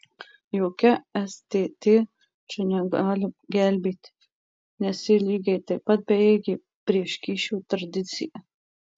jokia stt čia negali gelbėti nes ji lygiai taip pat bejėgė prieš kyšio tradiciją